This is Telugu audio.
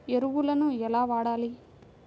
ఎరువులను ఎలా వాడాలి?